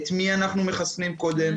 את מי אנחנו מחסנים קודם,